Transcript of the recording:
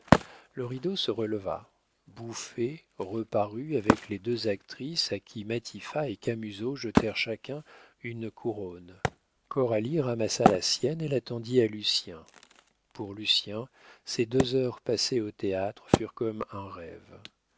le rideau se releva bouffé reparut avec les deux actrices à qui matifat et camusot jetèrent chacun une couronne coralie ramassa la sienne et la tendit à lucien pour lucien ces deux heures passées au théâtre furent comme un rêve